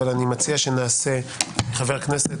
אבל אני מציע שנשמע חבר כנסת,